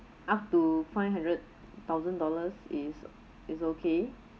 up to five hundred thousand dollars is is okay